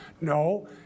No